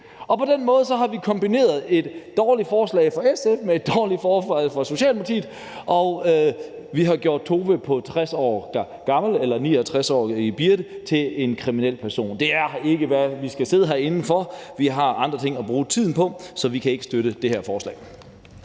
På den måde har vi kombineret et dårligt forslag fra SF med et dårligt forslag fra Socialdemokratiet, og vi har gjort Tove på 60 år eller 59-årige Birte til en kriminel person. Det er ikke det, vi skal sidde herinde for. Vi har andre ting at bruge tiden på. Så vi kan ikke støtte det her forslag.